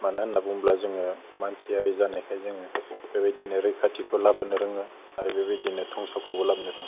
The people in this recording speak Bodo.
मानो होनना बुङोब्ला जोङो मानसिआरि जानायखाय जोङो बेबायदिनो रैखाथिखौ लाबोनो रोङो आरो बेबायदिनो दंस'खौबो लाबोनो रोङो